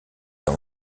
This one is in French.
dans